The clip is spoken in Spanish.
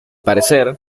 parecer